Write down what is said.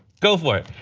go for it.